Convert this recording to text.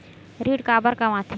ऋण काबर कम आथे?